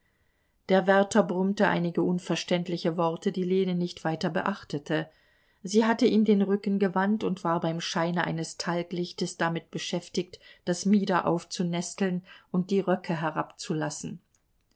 der wärter brummte einige unverständliche worte die lene weiter nicht beachtete sie hatte ihm den rücken gewandt und war beim scheine eines talglichtes damit beschäftigt das mieder aufzunesteln und die röcke herabzulassen